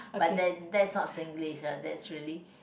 but then that's not Singlish uh that's really